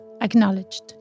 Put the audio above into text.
acknowledged